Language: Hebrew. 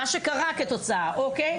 מה שקרה, כתוצאה, אוקיי?